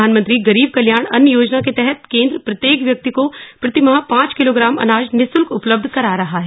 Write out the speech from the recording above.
प्रधानमंत्री गरीब कल्याण अन्न योजना के तहत केन्द्र प्रत्येक व्यक्ति को प्रति माह पांच किलोग्राम अनाज निःशल्क उपलब्ध करा रहा है